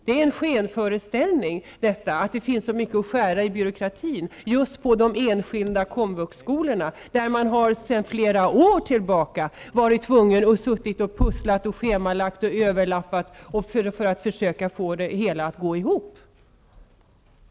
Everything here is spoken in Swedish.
Det är en skenföreställning att tro att det finns så mycket byråkrati att skära ner på i de enskilda komvuxskolorna. Där har man sedan flera år tillbaka varit tvungen att pussla, schemalägga och överlappa för att få det hela att gå ihop.